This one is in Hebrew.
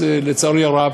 אז לצערי הרב,